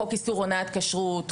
חוק איסור הונאת כשרות,